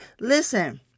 Listen